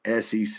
SEC